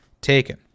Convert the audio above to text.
taken